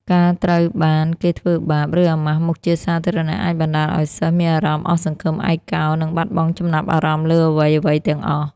ការត្រូវបានគេធ្វើបាប ឬអាម៉ាស់មុខជាសាធារណៈអាចបណ្តាលឱ្យសិស្សមានអារម្មណ៍អស់សង្ឃឹម ឯកោ និងបាត់បង់ចំណាប់អារម្មណ៍លើអ្វីៗទាំងអស់។